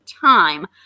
time